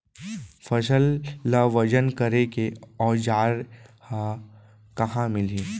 फसल ला वजन करे के औज़ार हा कहाँ मिलही?